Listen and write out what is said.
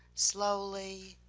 slowly,